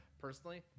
Personally